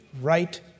Right